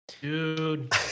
Dude